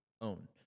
own